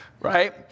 right